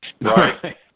Right